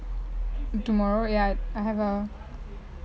tomorrow ya I have a